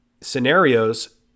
scenarios